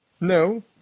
No